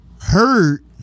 hurt